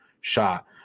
shot